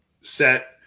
set